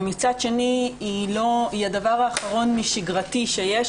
ומצד שני היא הדבר האחרון משגרתי שיש,